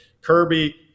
Kirby